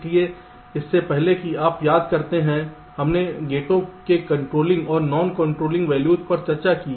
इसलिए इससे पहले कि आप याद करते हैं हमने गेटों के कंट्रोलिंग और नॉन कंट्रोलिंग वैल्यूज पर चर्चा की